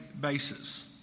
basis